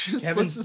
Kevin